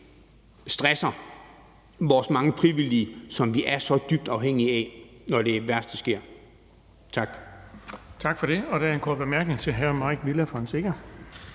stresser vores mange frivillige, som vi er så dybt afhængige af, når det værste sker. Tak.